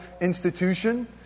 institution